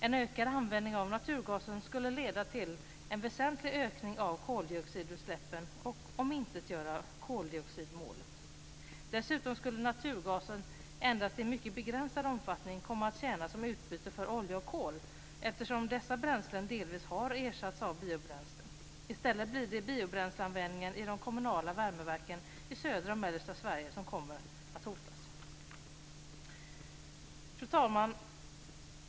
En ökad användning av naturgasen skulle leda till en väsentlig ökning av koldioxidutsläppen och omintetgöra koldioxidmålet. Dessutom skulle naturgasen endast i mycket begränsad omfattning komma att tjäna som utbyte för olja och kol, eftersom dessa bränslen delvis har ersatts av biobränslen. I stället blir det biobränsleanvändningen i de kommunala värmeverken i södra och mellersta Sverige som kommer att hotas. Fru talman!